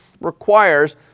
requires